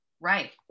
Right